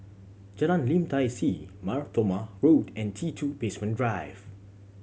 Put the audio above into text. Jalan Lim Tai See Mar Thoma Road and T Two Basement Drive